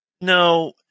No